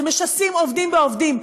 משסים עובדים בעובדים,